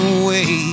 away